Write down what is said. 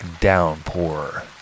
downpour